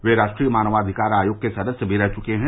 वे राष्ट्रीय मानवाधिकार आयोग के सदस्य भी रह चुके हैं